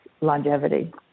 longevity